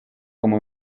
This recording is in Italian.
come